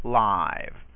live